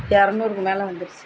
இரநூறுக்கு மேலே வந்துருச்சு